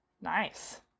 nice